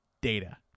data